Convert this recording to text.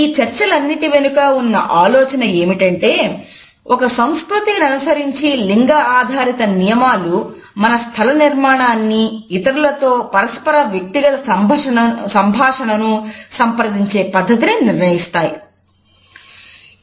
ఈ చర్చలన్నిటి వెనుక ఉన్న ఆలోచన ఏమిటంటే ఒక సంస్కృతిననుసరించి లింగ ఆధారిత నియమాలు మన స్థల నిర్మాణాన్ని ఇతరులతో పరస్పర వ్యక్తిగత సంభాషణను సంప్రదించే పద్ధతిని నిర్ణయిస్తాయి